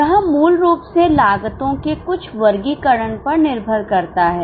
यह मूल रूप से लागतों के कुछ वर्गीकरण पर निर्भर करता है